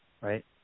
right